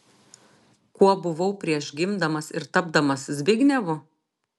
kuo buvau prieš gimdamas ir tapdamas zbignevu